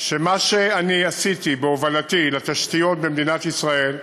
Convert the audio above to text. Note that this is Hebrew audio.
שמה שאני עשיתי בהובלתי לתשתיות במדינת ישראל,